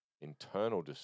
Internal